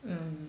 mm